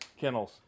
kennels